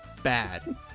bad